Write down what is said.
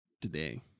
today